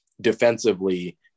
defensively